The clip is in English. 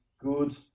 good